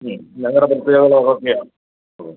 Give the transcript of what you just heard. ഞങ്ങളുടെ പ്രത്യേകത അതൊക്കെയാണ് ആ